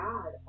God